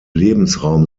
lebensraum